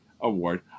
award